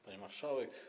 Pani Marszałek!